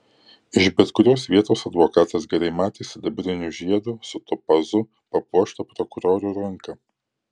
iš bet kurios vietos advokatas gerai matė sidabriniu žiedu su topazu papuoštą prokuroro ranką